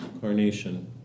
carnation